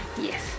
yes